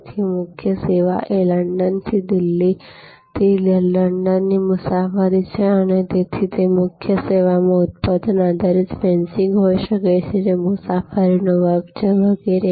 તેથી મુખ્ય સેવા એ લંડનથી દિલ્હીથી લંડનની મુસાફરી છે અને તેથી તે મુખ્ય સેવામાં ઉત્પાદન આધારિત ફેન્સીંગ હોઈ શકે છે જે મુસાફરીનો વર્ગ છે વગેરે